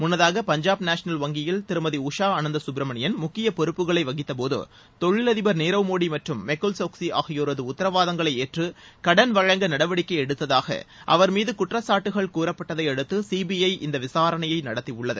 முன்னதாக பஞ்சாப் நேஷ்னல் வங்கியில் திருமதி உஷா அனந்தசுப்ரமணியன் முக்கிய பொறுப்புகளை வகித்தபோது தொழிலதிபர் நீரவ் மோடி மற்றும் மெகுல்சோக்சி ஆகியோரது உத்தரவாதங்களை ஏற்று கடன் வழங்க நடவடிக்கை எடுத்ததாக அவர் மீது குற்றச்சாட்டுகள் கூறப்பட்டதை அடுத்து சீபிஐ இந்த விசாரணையை நடத்தியுள்ளது